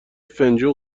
فنجون